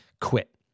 quit